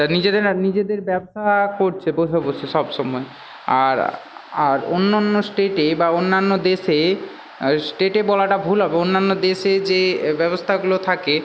তা নিজেদের নিজেদের ব্যবসা করছে বসে বসে সব সময় আর আর অন্যান্য স্টেটে বা অন্যান্য দেশে স্টেটে বলাটা ভুল হবে অন্যান্য দেশে যে ব্যবস্থাগুলো থাকে